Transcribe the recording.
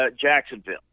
Jacksonville